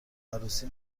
عروسی